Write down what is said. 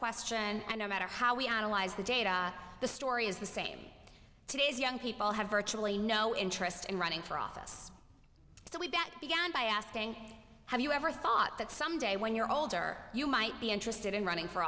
question and no matter how we analyze the data the story is the same today's young people have virtually no interest in running for office so we've that began by asking have you ever thought that someday when you're older you might be interested in running for